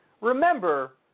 remember